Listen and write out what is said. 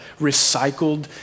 recycled